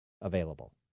available